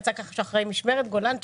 יצא ככה שאחראי המשמרת גולנצ'יק,